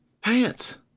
pants